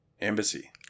Embassy